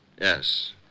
Yes